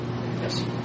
Yes